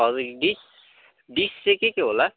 हजुर डिस् डिस् चाहिँ के के होला